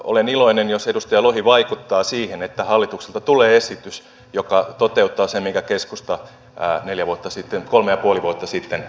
olen iloinen jos edustaja lohi vaikuttaa siihen että hallitukselta tulee esitys joka toteuttaa sen mitä keskusta kolme ja puoli vuotta sitten vaati